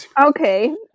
Okay